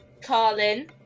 Carlin